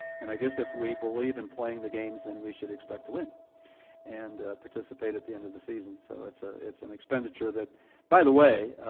and i guess if we believe in playing the games, then and we should expect to win and participate at the end of the season. so it's ah it's an expenditure that by the way,